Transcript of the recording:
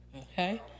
Okay